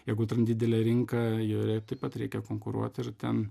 jeigu atrandi didelę rinką joje taip pat reikia konkuruoti ir ten